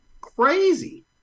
crazy